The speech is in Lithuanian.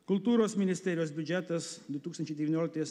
kultūros ministerijos biudžetas du tūkstančiai devynioliktais